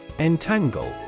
Entangle